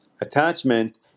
attachment